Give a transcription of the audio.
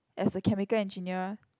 as a chemical engineer